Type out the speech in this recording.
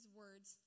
words